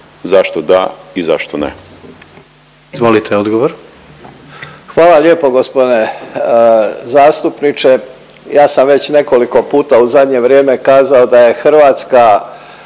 **Božinović, Davor (HDZ)** Hvala lijepo g. zastupniče. Ja sam već nekoliko puta u zadnje vrijeme kazao da je Hrvatska